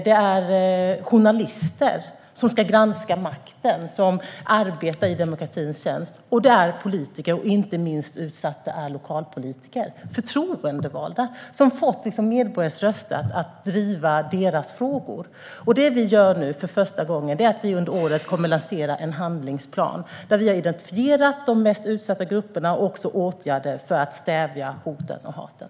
Det är också ett hot mot journalister som ska granska makten och som arbetar i demokratins tjänst. Och politiker, inte minst lokalpolitiker, är utsatta - förtroendevalda som fått medborgares röster att driva deras frågor. För första gången kommer vi under året att lansera en handlingsplan, där vi har identifierat de mest utsatta grupperna och också åtgärder för att stävja hoten och hatet.